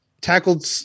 tackled